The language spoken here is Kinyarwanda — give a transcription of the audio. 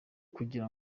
kugira